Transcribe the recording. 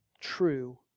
true